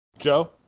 Joe